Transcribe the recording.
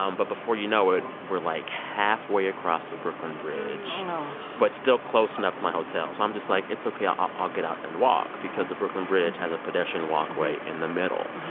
um but before you know it, we're, like, halfway across the brooklyn bridge you know but still close enough to my hotel so i'm just like, it's ok. i'll i'll get out and walk because the brooklyn bridge has a pedestrian walkway in the middle.